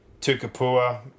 Tukapua